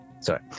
sorry